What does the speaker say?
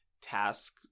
task